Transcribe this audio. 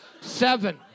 Seven